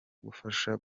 gufasha